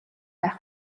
байх